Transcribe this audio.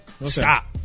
stop